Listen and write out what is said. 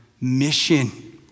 mission